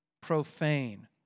profane